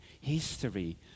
history